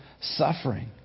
suffering